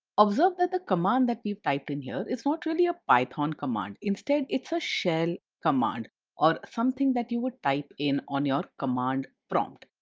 observe that the command that we've typed in here, is not really a python command. instead, it's a shell command or something that you would type in on your command prompt.